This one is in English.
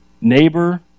Neighbor